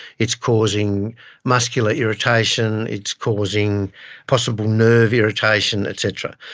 it's causing muscular irritation, it's causing possible nerve irritation et cetera.